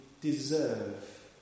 deserve